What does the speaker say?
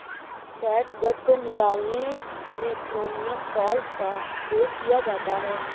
catgut को निकालने में क्रोमियम सॉल्ट का प्रयोग किया जाता है